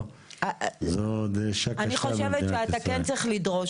זו דרישה קשה אני חושבת שאתה כן צריך לדרוש,